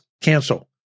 Cancel